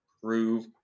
prove